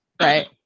right